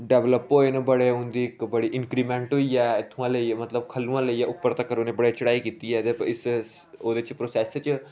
develop होऐ न उं'दी इक बड़ी इंक्रीमेंट होई ऐ इत्थुआं लेइयै मतलब खल्लुआं लेइयै उप्पर तक्कर उ'नें बड़ी चढ़ाई कीती ऐ इस ओह्दे च प्रोसैस च